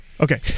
Okay